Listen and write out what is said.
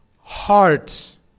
hearts